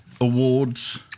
Awards